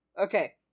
Okay